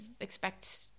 expect